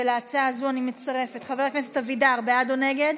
להצבעה הזאת אני מצרפת את חבר הכנסת אבידר, בעד,